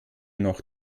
noch